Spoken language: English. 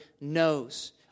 knows